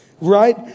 right